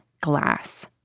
glass